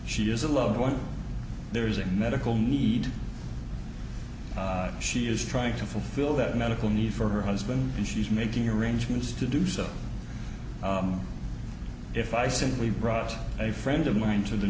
she is a loved one there is a medical need she is trying to fulfill that medical need for her husband and she's making arrangements to do so if i simply brought a friend of mine to the